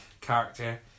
character